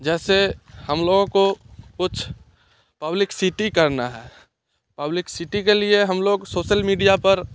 जैसे हम लोगों को कुछ पब्लिकसिटी करना है पब्लिकसिटी के लिए हम लोग सोशल मीडिया पर